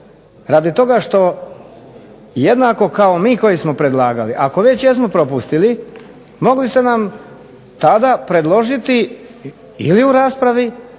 Radi toga jednako kao mi koji smo predlagali, ako već jesmo propustili mogli ste nam tada predložiti ili u raspravi